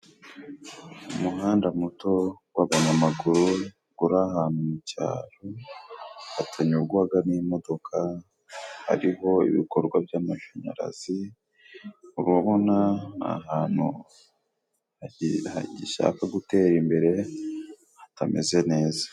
Umuhanda muto w'abanyamaguru guri ahantu mu cyaro hatanyugwaga n'imodoka, hariho ibikorwa by'amashanyarazi, urabona ahantu hagishaka gutera imbere, hatameze neza.